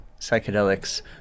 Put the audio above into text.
psychedelics